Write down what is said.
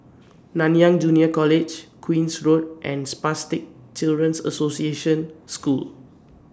Nanyang Junior College Queen's Road and Spastic Children's Association School